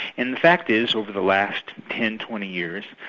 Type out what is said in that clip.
and the fact is, over the last ten, twenty years,